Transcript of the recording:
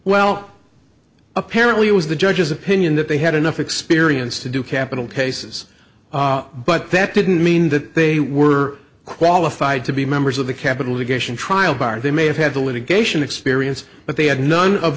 well apparently it was the judge's opinion that they had enough experience to do capital cases but that didn't mean that they were qualified to be members of the capital geisha trial bar they may have had the litigation experience but they had none of